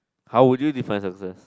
how would you define success